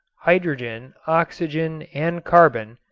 hydrogen, oxygen and carbon,